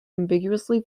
ambiguously